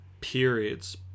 periods